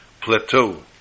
plateau